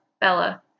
Bella